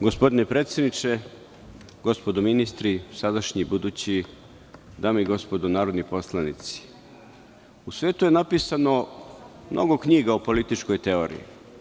Gospodine predsedniče, gospodo ministri, sadašnji, budući, dame i gospodo narodni poslanici, u svetu je napisano mnogo knjiga o političkoj teoriji.